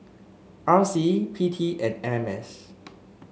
R C P T and M M S